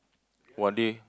what day